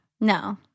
No